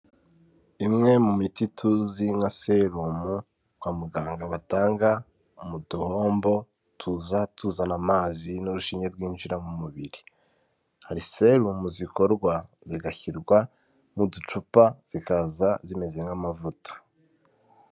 Imwe mu miti tuzi nka serumu kwa muganga batanga mu duhombo tuza tuzana amazi n'urushinge rwinjira mu mubiri. Hari serumu zikorwa, zigashyirwa mu ducupa, zikaza zimeze nk'amavuta.